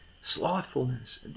Slothfulness